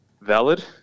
valid